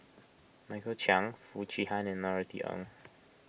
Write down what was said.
Michael Chiang Foo Chee Han and Norothy Ng